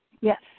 yes